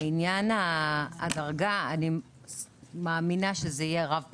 לעניין הדרגה, אני מאמינה שזה יהיה רב פקד.